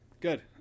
Good